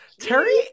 Terry